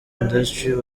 industries